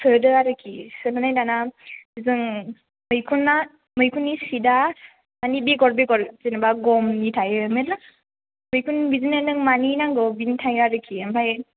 सोदो आरोखि सोनानै दाना जों मैखुना मैखुननि सिदआ माने बेगर बेगर जेनेबा गमनि थायो मेरला मैखुन बिदिनो नों मानि नांगौ बेनि थायो आरोखि ओमफ्राय